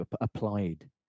applied